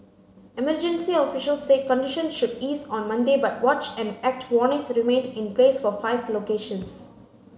emergency officials said condition should ease on Monday but watch and act warnings remained in place for five locations